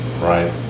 right